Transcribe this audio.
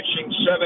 seven